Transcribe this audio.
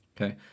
okay